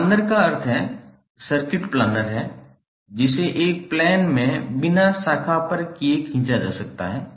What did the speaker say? planner का अर्थ है सर्किट प्लानर है जिसे एक प्लेन में बिना शाखा पर किये खींचा जा सकता है